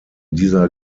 dieser